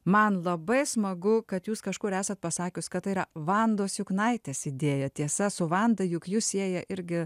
man labai smagu kad jūs kažkur esat pasakius kad tai yra vandos juknaitės idėja tiesa su vanda juk jus sieja irgi